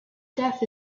death